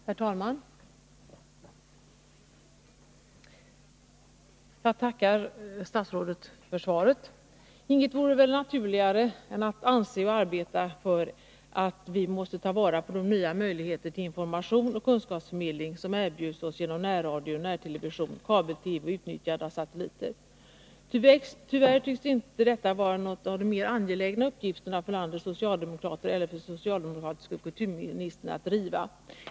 Herr talman! Jag tackar statsrådet för svaret. Inget vore väl naturligare än att anse — och arbeta för — att vi skall ta vara på de nya möjligheter till information och kunskapsförmedling som erbjuds oss genom närradio, närtelevision, kabel-TV och utnyttjande av satelliter. Tyvärr tycks inte detta vara någon av de mera angelägna uppgifterna för landets socialdemokrater eller för den socialdemokratiske kulturministern att driva.